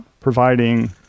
providing